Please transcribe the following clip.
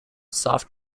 soft